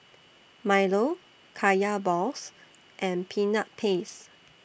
Milo Kaya Balls and Peanut Paste